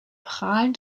prahlen